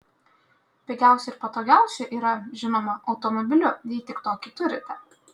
pigiausia ir patogiausia yra žinoma automobiliu jei tik tokį turite